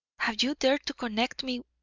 have you dared to connect me